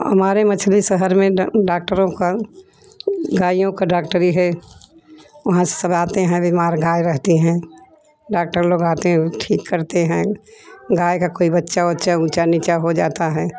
हमारे मछली शहरों में डाक्टरों का गायों का डाक्टरी है वह सब आते हैं बीमार गाय रहते हैं डाक्टर लोग आते है ठीक करते है गाय का कोई बच्चा उच्चा निचा हो जाता है